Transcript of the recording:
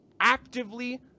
actively